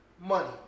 money